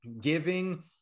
giving